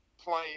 playing